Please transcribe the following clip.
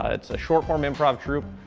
ah it's a short form improv troupe.